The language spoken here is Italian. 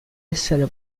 essere